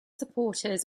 supporters